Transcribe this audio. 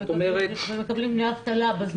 מקבלים דמי אבטלה.